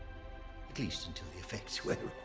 at least, until the effects wear